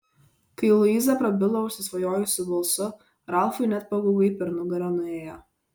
kai luiza prabilo užsisvajojusiu balsu ralfui net pagaugai per nugarą nuėjo